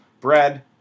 Brad